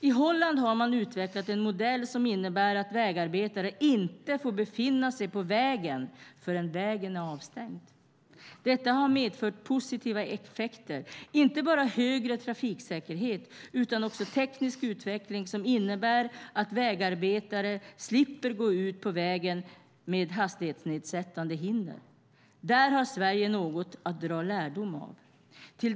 I Holland har man utvecklat en modell som innebär att vägarbetare inte får befinna sig på vägen förrän vägen är avstängd. Detta har haft positiva effekter, inte bara högre trafiksäkerhet utan också teknisk utveckling som innebär att vägarbetare slipper gå ut på vägen med hastighetsnedsättande hinder. Det är något som Sverige har att dra lärdom av.